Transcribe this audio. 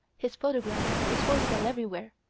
his photograph is for sale everywhere,